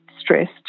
stressed